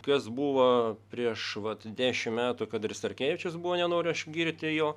kas buvo prieš vat dešimt metų kad ir starkevičius buvo nenoriu aš girti jo